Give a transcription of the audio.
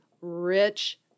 rich